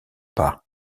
pas